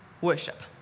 worship